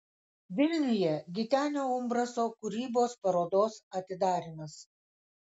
vilniuje gitenio umbraso kūrybos parodos atidarymas